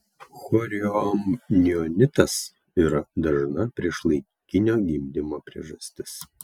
chorioamnionitas yra dažna priešlaikinio gimdymo priežastis